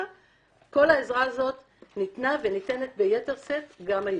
כל העזרה הזו ניתנה וניתנת ביתר שאת גם היום.